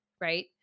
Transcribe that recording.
right